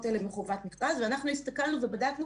האלה מחובת מכרז ואנחנו הסתכלנו ובדקנו